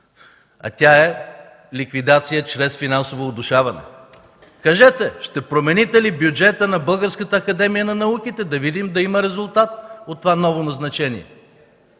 а то е ликвидация чрез финансово удушаване. Кажете: ще промените ли бюджета на Българската академия на науките? Да видим, че има резултат от това ново назначение!